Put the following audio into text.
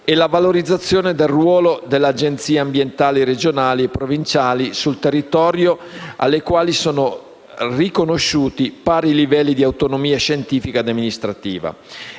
e la valorizzazione del ruolo delle Agenzie ambientali regionali e provinciali sul territorio alle quali sono riconosciuti pari livelli di autonomia scientifica ed amministrativa.